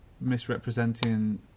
misrepresenting